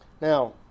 Now